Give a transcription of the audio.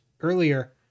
earlier